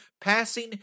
passing